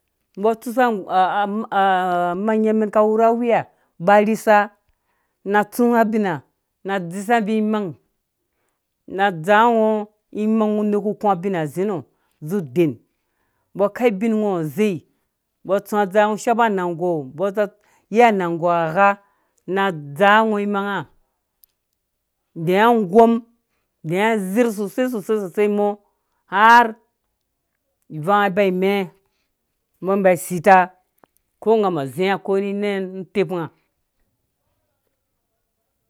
Mbɔ tsusa a manya mɛn kawu rha wuya ba rhisa na tsũ abinhã na dzisa mbi imang dzaa ngɔ imang ngɔ nerh ku ku abinhã zi nɔ zi den mbɔ kai ubingɔhã zei mbɔ tsũ azaa ngɔ shapa anangɔɔ mbɔ zi a yei anangɔɔha agha na dzaa ngɔ imanga dɛɛ̃ agɔm dzerh sosei soseimɔ har ivanga baimɛɛ mɔ mbi asita ko nganɔ ziã ko rhi inɛ nu tep nga.